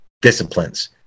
disciplines